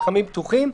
מתחמים פתוחים,